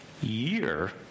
year